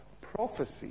Prophecy